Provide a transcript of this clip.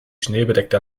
schneebedeckte